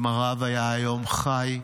אם הרב היה היום חי,